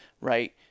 right